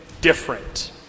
different